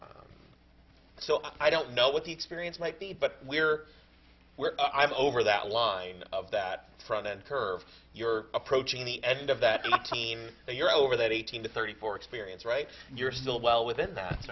so i don't know what the experience might be but we're we're over that line of that from the curve you're approaching the end of that team and you're over that eighteen to thirty four experience right and you're still well within that